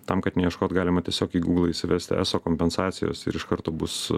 tam kad neieškot galima tiesiog į gūglą įsivesti eso kompensacijos ir iš karto bus